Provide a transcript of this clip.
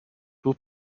who